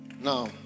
Now